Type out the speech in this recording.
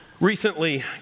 recently